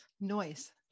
noise